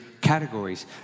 Categories